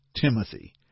Timothy